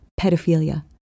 pedophilia